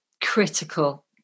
critical